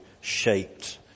shaped